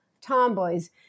tomboys